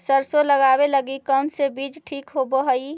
सरसों लगावे लगी कौन से बीज ठीक होव हई?